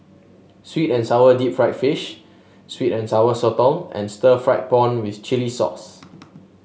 sweet and sour Deep Fried Fish sweet and Sour Sotong and Stir Fried Prawn with Chili Sauce